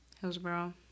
Hillsboro